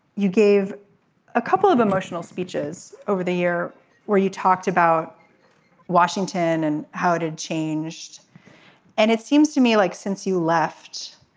you gave a couple of emotional speeches over the year where you talked about washington and how it had changed and it seems to me like since you left